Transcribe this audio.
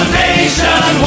nation